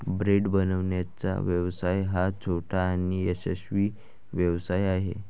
bread बनवण्याचा व्यवसाय हा छोटा आणि यशस्वी व्यवसाय आहे